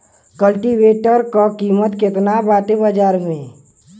कल्टी वेटर क कीमत केतना बाटे बाजार में?